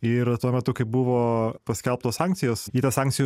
ir tuo metu kai buvo paskelbtos sankcijos į tą sankcijų